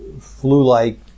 flu-like